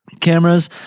cameras